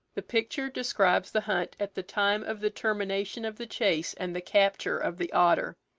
the picture describes the hunt at the time of the termination of the chase and the capture of the otter.